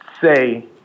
say